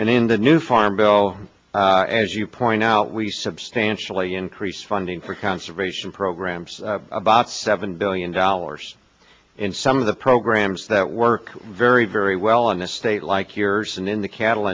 in the new farm bill as you point out we substantially increase funding for conservation programs about seven billion dollars in some of the programs that work very very well on a state like yours and in the cattle